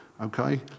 Okay